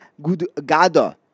Gudgada